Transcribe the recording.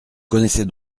connaissez